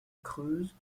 creuse